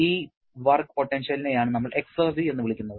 ഈ വർക്ക് പൊട്ടൻഷ്യലിനെ ആണ് നമ്മൾ എക്സർജി എന്ന് വിളിക്കുന്നത്